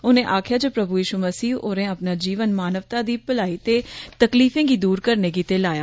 उनें आक्खेआ जे प्रभु यिशू मसीह होरें अपना जीवन मानवता दी बलाई ते तकलीफें गी दूर करने गित्तै लाया